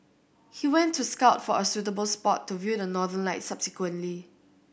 he went to scout for a suitable spot to view the Northern Lights subsequently